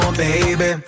baby